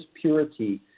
purity